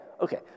okay